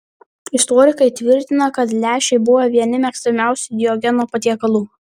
istorikai tvirtina kad lęšiai buvo vieni mėgstamiausių diogeno patiekalų